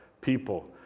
people